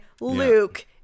Luke